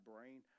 brain